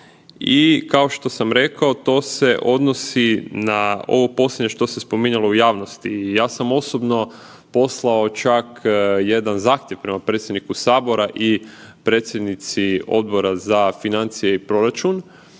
i kao što sam rekao to se odnosi na ovo posljednje što se spominjalo u javnosti. I ja sam osobno poslao čak jedan zahtjev prema predsjedniku Sabora i predsjednici Odbora za financije i proračun